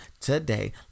today